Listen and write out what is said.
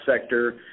sector